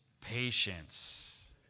patience